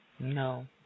No